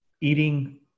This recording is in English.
Eating